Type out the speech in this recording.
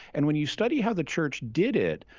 and when you study how the church did it,